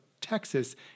Texas